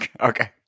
Okay